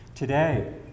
Today